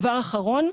דבר אחרון.